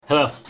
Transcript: Hello